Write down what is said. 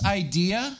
idea